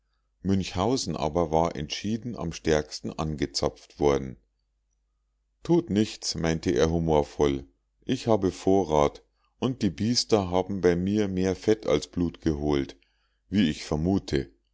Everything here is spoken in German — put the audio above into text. münchhausen aber war entschieden am stärksten angezapft worden tut nichts meinte er humorvoll ich habe vorrat und die biester haben bei mir mehr fett als blut geholt wie ich vermute